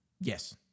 Yes